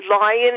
lion